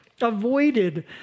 avoided